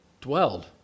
dwelled